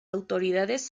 autoridades